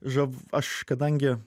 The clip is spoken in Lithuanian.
žav aš kadangi